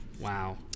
Wow